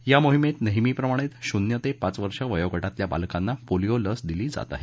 या मोहिमेत नेहमीप्रमाणेच शून्य ते पाच वर्ष वयोगटातल्या बालकांना पोलिओ लस दिली जात आहे